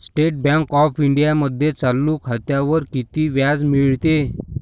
State bank of इंडियामध्ये चालू खात्यावर किती व्याज मिळते?